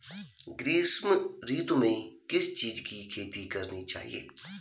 ग्रीष्म ऋतु में किस चीज़ की खेती करनी चाहिये?